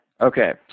Okay